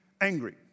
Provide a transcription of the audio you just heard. angry